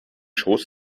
schoß